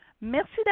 merci